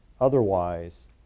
Otherwise